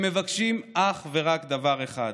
הם מבקשים אך ורק דבר אחד: